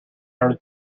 earned